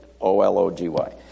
O-L-O-G-Y